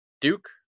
Duke